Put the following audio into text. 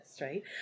right